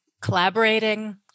collaborating